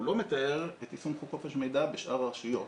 הוא לא מתאר את יישום חוק חופש המידע בשאר הרשויות.